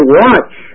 watch